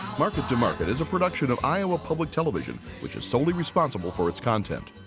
market to market is a production of iowa public television which is solely responsible for its content.